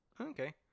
Okay